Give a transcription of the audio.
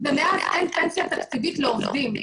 ומאז אין פנסיה תקציבית לעובדים.